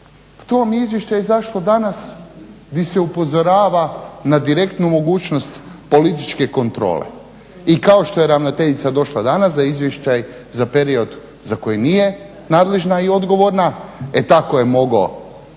to vam je izvješće izašlo danas di se upozorava na direktnu mogućnost političke kontrole. I kao što je ravnateljica došla danas za izvještaj za period za koji nije nadležna i odgovorna, e tako je mogao